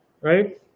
right